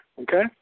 Okay